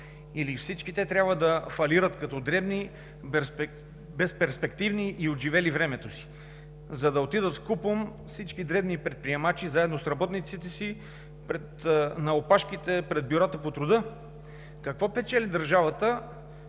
Или всички те трябва да фалират като дребни, безперспективни и отживели времето си, за да отидат вкупом всички дребни предприемачи, заедно с работниците си, на опашките пред бюрата по труда?! Какво печели държавата,